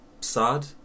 sad